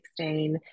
2016